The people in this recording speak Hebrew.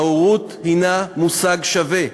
ההורות היא מושג שווה.